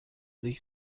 sich